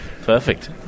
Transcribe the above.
Perfect